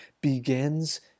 begins